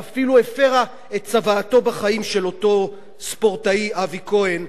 ואפילו הפירה את צוואתו בחיים של אותו ספורטאי אבי כהן,